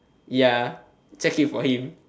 ya check it for him